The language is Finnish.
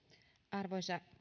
arvoisa